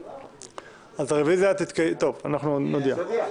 טוב, אנחנו נודיע.